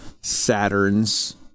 saturn's